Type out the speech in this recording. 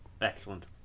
Excellent